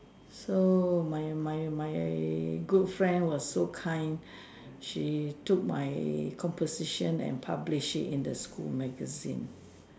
so my my my good friend was so kind she took my composition and publish it in the school magazine